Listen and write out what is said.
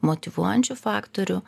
motyvuojančių faktorių